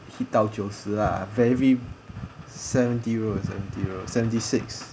hit 到九十 lah rarely seventy rolls seventy rolls seventy six